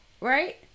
Right